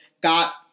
got